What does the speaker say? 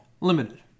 Limited